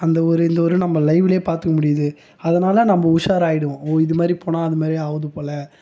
அந்த ஊர் இந்த ஊர் நம்ம லைவ்லையே பார்த்துக்க முடியுது அதனால் நம்ம உஷாராக ஆயிடுவோம் ஓ இது மாதிரி போனால் அது மாதிரி ஆகுது போல்